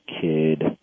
kid